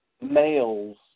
males